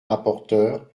rapporteur